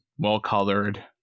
well-colored